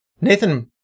Nathan